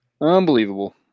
Unbelievable